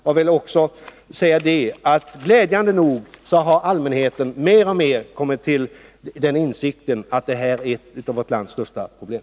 Jag vill också säga att allmänheten glädjande nog mer och mer har kommit till insikt om att drogmissbruket är ett av vårt lands största problem.